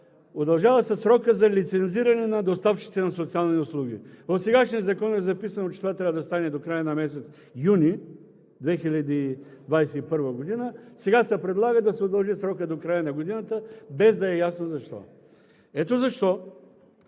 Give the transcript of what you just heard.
Удължава се срокът за лицензиране на доставчиците на социални услуги. В сегашния закон е записано, че това трябва да стане до края на месец юни 2021 г. Сега се предлага да се удължи срокът до края на годината, без да е ясно защо. Ето защо